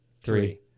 Three